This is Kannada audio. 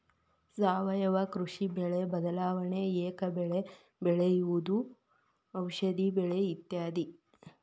ಸಾವಯುವ ಕೃಷಿ, ಬೆಳೆ ಬದಲಾವಣೆ, ಏಕ ಬೆಳೆ ಬೆಳೆಯುವುದು, ಔಷದಿ ಬೆಳೆ ಇತ್ಯಾದಿ